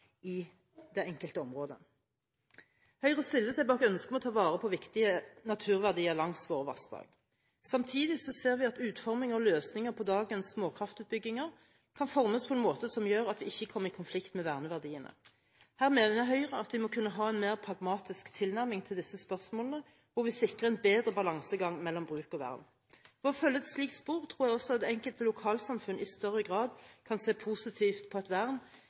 i det enkelte området. Høyre stiller seg bak ønsket om å ta vare på viktige naturverdier langs våre vassdrag. Samtidig ser vi at utforming av løsninger på dagens småkraftutbygginger kan formes på en måte som gjør at det ikke kommer i konflikt med verneverdiene. Her mener Høyre at vi må kunne ha en mer pragmatisk tilnærming til disse spørsmålene, hvor vi sikrer en bedre balansegang mellom bruk og vern. For å følge et slikt spor tror jeg også at enkelte lokalsamfunn i større grad kan se positivt på et vern